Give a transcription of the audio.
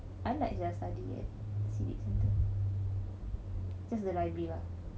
I like their studying at civic centre just the library lah